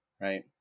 right